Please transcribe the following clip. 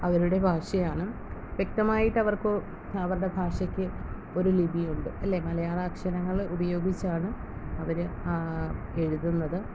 അവരുടെ ഭാഷയാണ് വ്യക്തമായിട്ട് അവർക്ക് അവരുടെ ഭാഷയ്ക്ക് ഒരു ലിപിയുണ്ട് അല്ലെ മലയാള അക്ഷരങ്ങൾ ഉപയോഗിച്ചാണ് അവർ എഴുതുന്നത്